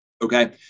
Okay